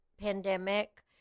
pandemic